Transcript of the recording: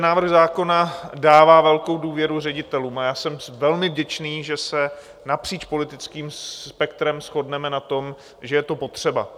Návrh zákona dává velkou důvěru ředitelům a já jsem velmi vděčný, že se napříč politickým spektrem shodneme na tom, že je to potřeba.